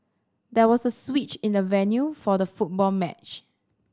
there was a switch in the venue for the football match